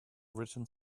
written